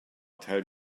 tell